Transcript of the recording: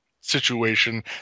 situation